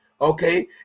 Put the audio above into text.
okay